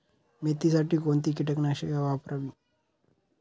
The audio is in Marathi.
मेथीसाठी कोणती कीटकनाशके वापरावी?